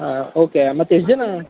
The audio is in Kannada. ಹಾಂ ಓಕೆ ಮತ್ತೆ ಎಷ್ಟು ಜನ